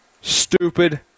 stupid